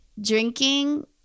drinking